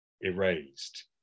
erased